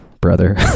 brother